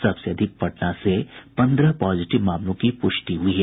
सबसे अधिक पटना से पन्द्रह पॉजिटिव मामलों की पुष्टि हुई है